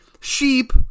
sheep